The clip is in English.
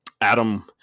Adam